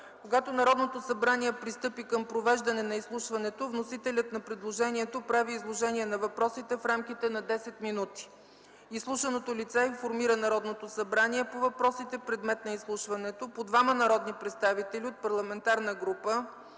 „Когато Народното събрание пристъпи към провеждане на изслушването, вносителят на предложението прави изложение на въпросите в рамките на 10 минути. Изслушваното лице информира Народното събрание по въпросите, предмет на изслушването. По двама народни представители от парламентарна група